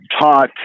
taught